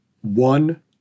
one